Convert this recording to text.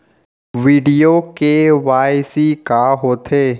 video KYC का होथे